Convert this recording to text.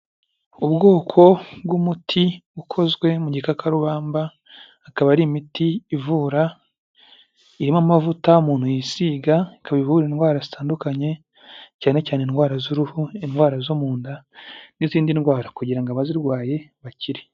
Ubwoko bw'umuti ukozwe mu gikakarubamba, akaba ari imiti ivura, irimo amavuta umuntu yisiga, ikaba ivura indwara zitandukanye, cyane cyane indwara z'uruhu, indwara zo mu nda n'izindi ndwara kugira ngo abazirwaye bakire.